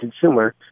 consumer